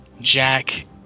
Jack